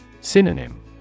Synonym